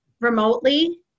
remotely